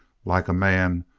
like a man,